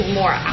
more